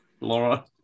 Laura